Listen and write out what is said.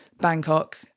Bangkok